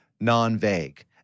non-vague